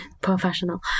Professional